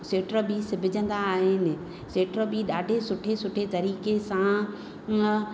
seater बि सिबजंदा आहिनि सीटर वि ॾाढे सुठे सुठे तरीक़े सां इहा